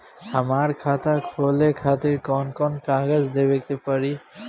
हमार खाता खोले खातिर कौन कौन कागज देवे के पड़ी?